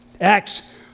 Acts